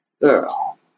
girl